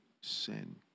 sin